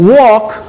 walk